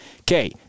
Okay